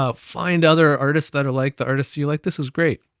ah find other artists that are like the artists you like, this is great.